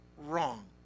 wrong